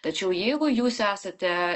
tačiau jeigu jūs esate